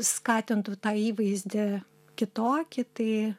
skatintų tą įvaizdį kitokį tai